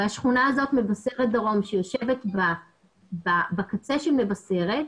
השכונה הזאת, מבשרת דרום, שיושבת בקצה של מבשרת,